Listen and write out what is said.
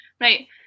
Right